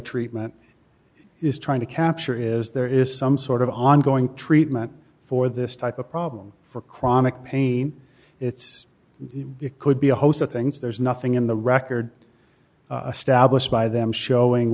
treatment is trying to capture is there is some sort of ongoing treatment for this type of problem for chronic pain it's the it could be a host of things there's nothing in the record stablished by them showing